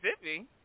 Mississippi